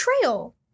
trail